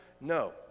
No